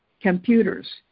computers